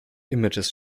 images